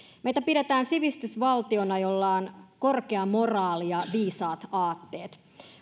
meitä pidetään sivistysvaltiona jolla on korkea moraali ja viisaat aatteet